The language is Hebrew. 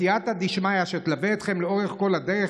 שסייעתא דשמיא תלווה אתכם לאורך כל הדרך,